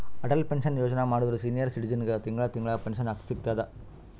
Atal pension Yojana ಮಾಡುದ್ರ senior ಸಿಟಿಜನ್ಗ ತಿಂಗಳಾ ತಿಂಗಳಾ ಪೆನ್ಶನ್ ಸಿಗ್ತುದ್